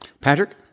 patrick